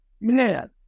man